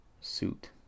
suit